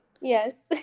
Yes